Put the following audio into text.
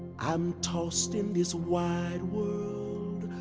i'm tossed in this wide world